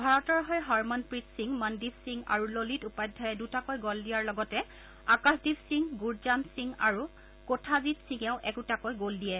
ভাৰতৰ হৈ হৰমনপ্ৰিট সিং মনদ্বীপ সিং আৰু ললিত উপাধ্যায়ে দুটাকৈ গ'ল দিয়াৰ লগতে আকাশদ্বীপ সিং গুৰজান্ত সিং আৰু কোঠাজিৎ সিঙেও একোটাকৈ গ'ল দিয়ে